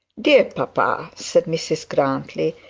dear papa said mrs grantly,